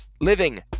Living